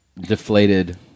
deflated